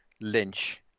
Lynch